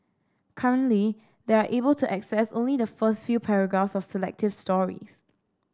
currently they are able to access only the first few paragraphs of selected stories